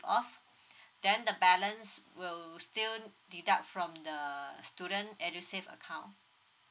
off then the balance will still deduct from the student edusave account